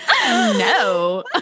No